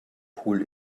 pool